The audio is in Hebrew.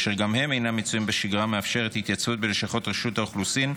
אשר גם הם אינם מצויים בשגרה המאפשרת התייצבות בלשכות רשות האוכלוסין,